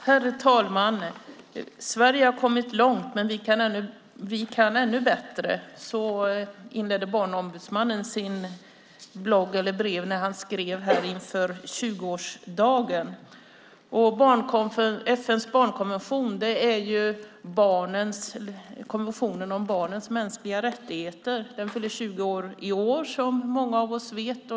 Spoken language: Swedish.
Herr talman! Sverige har kommit långt, men vi kan ännu bättre. Så inledde barnombudsmannen sitt brev när han skrev inför barnkonventionens 20-årsdag. FN:s barnkonvention är konventionen om barnens mänskliga rättigheter. Den fyller alltså 20 år i år, som många av oss vet.